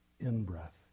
in-breath